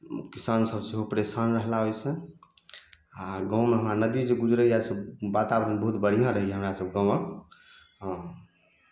किसानसब सेहो परेशान रहलाह ओहिसे आओर गाममे हमरा नदी जे गुजरै यऽ से वातावरण बहुत बढ़िआँ रहैए हमरासभके गामके हँ